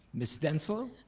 miss denslow?